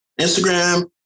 Instagram